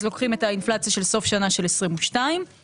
אז לוקחים את האינפלציה של סוף שנה של 2022 ואחר